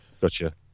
Gotcha